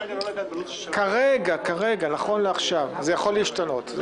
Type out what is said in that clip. זה כרגע, נכון לעכשיו, זה יכול להשתנות.